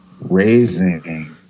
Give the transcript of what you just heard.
raising